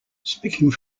speaking